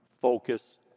Focus